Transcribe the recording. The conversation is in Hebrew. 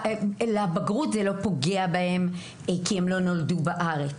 בבגרות זה לא פוגע בהם, כי הם לא נולדו בארץ.